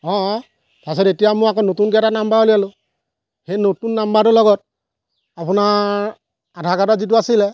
অঁ অঁ তাৰপাছত এতিয়া মোৰ আকৌ নতুনকৈ এটা নাম্বাৰ উলিয়ালোঁ সেই নতুন নাম্বাৰটোৰ লগত আপোনাৰ আধাৰ কাৰ্ডত যিটো আছিলে